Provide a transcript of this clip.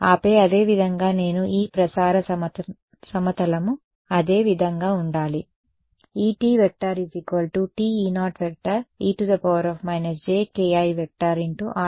ఆపై అదే విధంగా నేను E ప్రసార సమతలము అదే విధంగా ఉండాలి EtTE0e jki